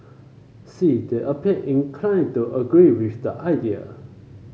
see they appear inclined to agree with the idea